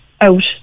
out